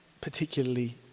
particularly